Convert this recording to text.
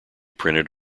printed